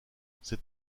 cet